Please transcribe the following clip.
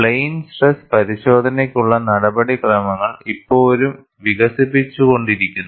plain stress പരിശോധനയ്ക്കുള്ള നടപടിക്രമങ്ങൾ ഇപ്പോഴും വികസിച്ചുകൊണ്ടിരിക്കുന്നു